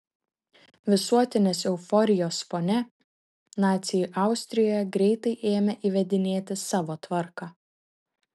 visuotinės euforijos fone naciai austrijoje greitai ėmė įvedinėti savo tvarką